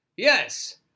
Yes